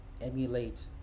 emulate